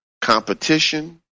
competition